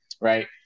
right